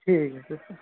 ঠিক আছে